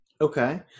Okay